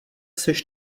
seš